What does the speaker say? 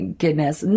goodness